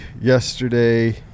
Yesterday